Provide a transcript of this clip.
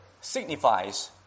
signifies